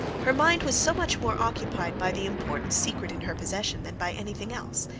her mind was so much more occupied by the important secret in her possession, than by anything else,